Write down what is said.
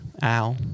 Al